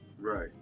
Right